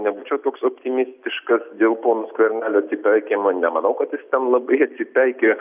nebūčiau toks optimistiškas dėl pono skvernelio atsipeikėjimo nemanau kad jis ten labai atsipeikėjo